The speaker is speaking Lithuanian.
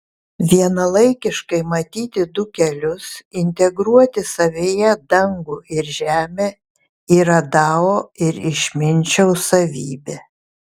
vienalaikiškai matyti du kelius integruoti savyje dangų ir žemę yra dao ir išminčiaus savybė